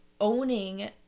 owning